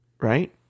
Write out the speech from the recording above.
right